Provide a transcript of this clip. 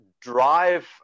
drive